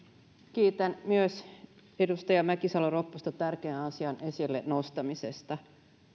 kiitän myös edustaja mäkisalo ropposta tärkeän asian esille nostamisesta